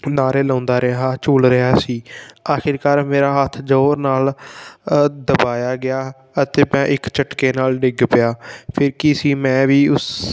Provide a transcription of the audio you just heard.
ਨਾਰੇ ਲਾਉਂਦਾ ਰਿਹਾ ਝੂਲ ਰਿਹਾ ਸੀ ਆਖਿਰਕਾਰ ਮੇਰਾ ਹੱਥ ਜ਼ੋਰ ਨਾਲ ਦਬਾਇਆ ਗਿਆ ਅਤੇ ਮੈਂ ਇੱਕ ਝਟਕੇ ਨਾਲ ਡਿੱਗ ਪਿਆ ਫਿਰ ਕੀ ਸੀ ਮੈਂ ਵੀ ਉਸ